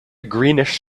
greenish